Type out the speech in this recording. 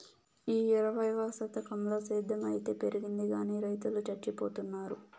ఈ ఇరవైవ శతకంల సేద్ధం అయితే పెరిగింది గానీ రైతులు చచ్చిపోతున్నారు